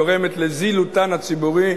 גורמת לזילותן הציבורית,